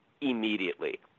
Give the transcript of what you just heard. immediately